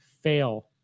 fail